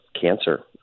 cancer